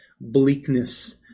bleakness